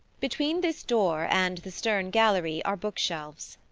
between this door and the stern gallery are bookshelves.